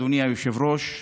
אדוני היושב-ראש,